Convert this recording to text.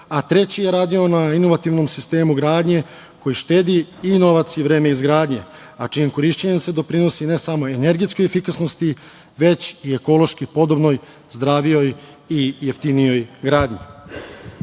a treći je radio na inovativnom sistemu gradnje koji štedi i novac i vreme izgradnje, a čijim korišćenjem se doprinosi ne samo energetskoj efikasnosti, već i ekološki podobnoj, zdravijoj i jeftinijoj gradnji. Veća